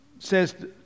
says